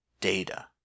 data